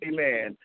Amen